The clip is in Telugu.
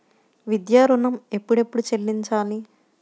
విద్యా ఋణం ఎప్పుడెప్పుడు చెల్లించాలి?